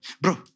bro